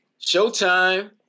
Showtime